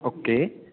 okay